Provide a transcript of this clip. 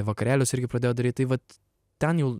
vakarėlius irgi pradėjau daryt tai vat ten jau